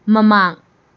ꯃꯃꯥꯡ